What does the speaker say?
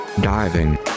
Diving